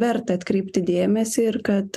verta atkreipti dėmesį ir kad